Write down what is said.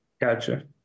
gotcha